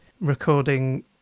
recording